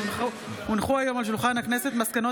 כי הונחו היום על שולחן הכנסת מסקנות